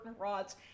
rods